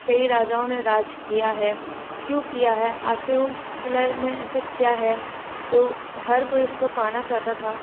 कई राजाओं ने राज किया है क्यों किया है आख़िर वो क़िलए मे ऐसा क्या है जो हर कोई इसको पाना चाहता था